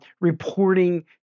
Reporting